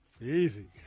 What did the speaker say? easy